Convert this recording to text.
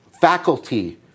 faculty